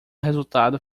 resultado